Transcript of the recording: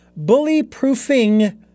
bullyproofing